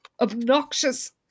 obnoxious